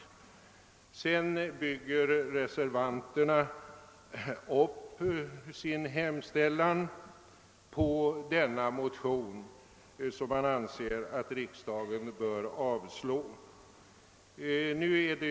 Men reservanterna bygger upp motiveringen för sin hemställan på den motion som. man anser att riksdagen bör avslå.